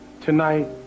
tonight